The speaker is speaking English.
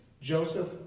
Joseph